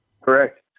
Correct